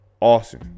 Awesome